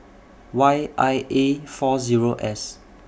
Y I A four Zero S